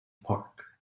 park